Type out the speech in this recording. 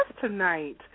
tonight